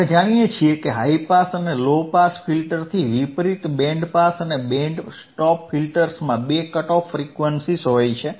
આપણે જાણીએ છીએ કે હાઇ પાસ અને લો પાસ ફિલ્ટરથી વિપરીત બેન્ડ પાસ અને બેન્ડ સ્ટોપ ફિલ્ટર્સમાં બે કટ ઓફ ફ્રીક્વન્સીઝ હોય છે